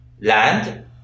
Land